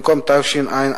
במקום תשע"א,